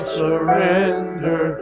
surrender